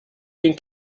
den